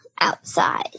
outside